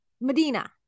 medina